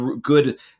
good